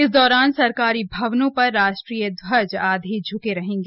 इस दौरान सरकारी भवनों पर राष्ट्रीय ध्वज आधे झके रहेंगे